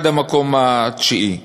עד המקום התשיעי.